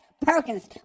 Perkins